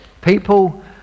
People